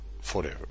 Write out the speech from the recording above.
forever